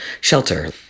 shelter